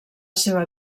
seva